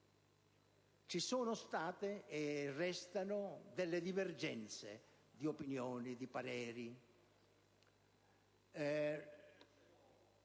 ci sono state e restano delle divergenze di opinioni e pareri